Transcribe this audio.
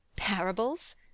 Parables